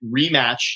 rematch